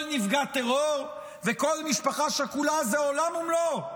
כל נפגעי טרור וכל משפחה שכולה זה עולם ומלואו,